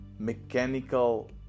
mechanical